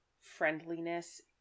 friendliness